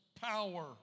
power